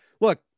look